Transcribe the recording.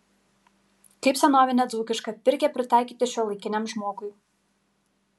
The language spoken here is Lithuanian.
kaip senovinę dzūkišką pirkią pritaikyti šiuolaikiniam žmogui